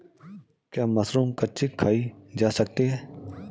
क्या मशरूम कच्ची खाई जा सकती है?